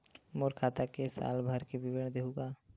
मोर खाता के साल भर के विवरण देहू का?